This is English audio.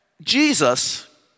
Jesus